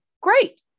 Great